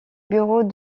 bureaux